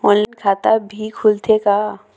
Online खाता भी खुलथे का?